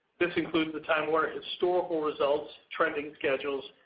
this includes the time warner historical results, trending schedules,